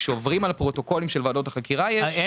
כשעוברים על הפרוטוקולים של ועדות החקירה יש --- אין